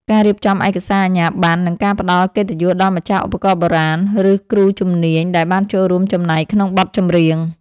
ការរៀបចំឯកសារអាជ្ញាប័ណ្ណ និងការផ្ដល់កិត្តិយសដល់ម្ចាស់ឧបករណ៍បុរាណ ឬគ្រូជំនាញដែលបានចូលរួមចំណែកក្នុងបទចម្រៀង។